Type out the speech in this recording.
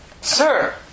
Sir